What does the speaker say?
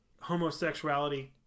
homosexuality